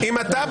לאן?